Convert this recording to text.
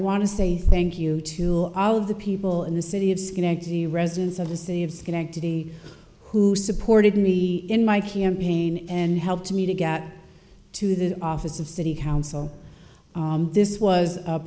to say thank you to all of the people in the city of schenectady residents of the city of schenectady who supported me in my campaign and helped me to get to the office of city council this was a